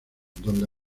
donde